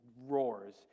roars